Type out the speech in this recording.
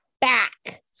back